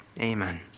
Amen